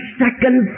second